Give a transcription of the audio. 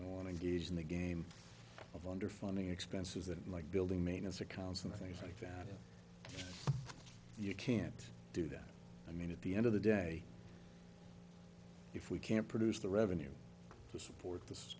you don't want to get in the game of underfunding expenses and like building maintenance accounts and things like that you can't do that i mean at the end of the day if we can't produce the revenue to support this